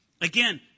Again